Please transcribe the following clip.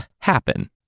happen